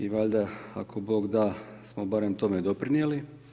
I valjda, ako Bog da, smo barem tome doprinijeli.